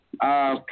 Okay